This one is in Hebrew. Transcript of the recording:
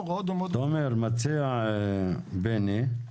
תומר מציע, בני,